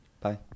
Bye